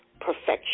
perfection